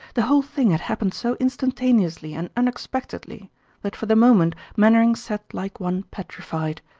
the whole thing had happened so instantaneously and unexpectedly that for the moment mainwaring sat like one petrified.